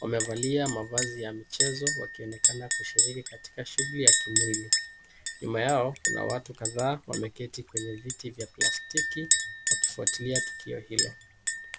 Wamevalia mavazi ya mchezo wakionekana kushiriki katika shughuli ya kimwili. Nyuma yao kuna watu kadhaa wameketi kwenye viti vya plastiki wakifuatilia tukio hilo.